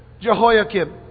Jehoiakim